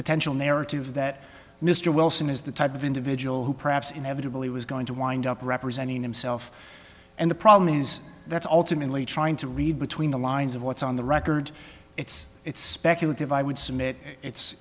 potential narrative that mr wilson is the type of individual who perhaps inevitably was going to wind up representing himself and the problem is that's ultimately trying to read between the lines of what's on the record it's it's speculative i would submit it's